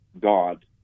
God